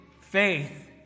faith